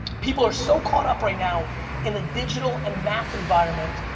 people are so caught up right now in the digital and math environment,